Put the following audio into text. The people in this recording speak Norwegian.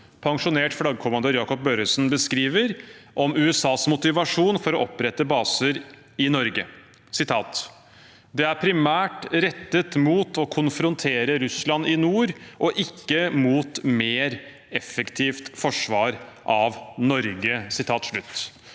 pensjonert flaggkommandør Jacob Børresen, beskriver om USAs motivasjon for å opprette baser i Norge: «Det er primært rettet mot å konfrontere (…) Russland i nord, og ikke mot mer effektivt forsvar av Norge.»